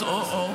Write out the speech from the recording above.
אוה,